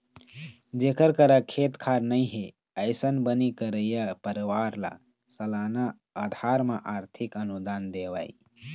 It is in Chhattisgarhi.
जेखर करा खेत खार नइ हे, अइसन बनी करइया परवार ल सलाना अधार म आरथिक अनुदान देवई